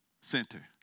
Center